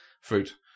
fruit